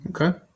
Okay